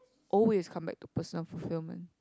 always come back to personal fulfilment